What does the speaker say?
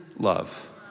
love